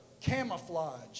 camouflage